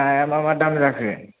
नाया मा मा दाम जाखो